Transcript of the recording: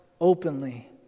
openly